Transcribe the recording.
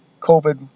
COVID